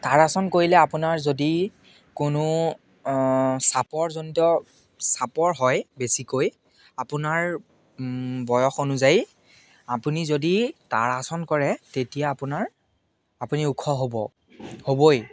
তাৰাসন কৰিলে আপোনাৰ যদি কোনো চাপৰজনিত চাপৰ হয় বেছিকৈ আপোনাৰ বয়স অনুযায়ী আপুনি যদি তাৰাসন কৰে তেতিয়া আপোনাৰ আপুনি ওখ হ'ব হ'বই